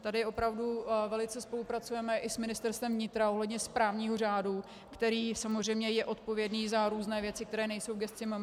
Tady opravdu velice spolupracujeme s Ministerstvem vnitra ohledně správního řádu, který samozřejmě je odpovědný za různé věci, které nejsou v gesci MMR.